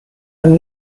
and